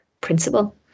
principle